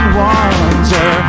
wonder